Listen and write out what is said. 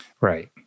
Right